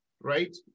right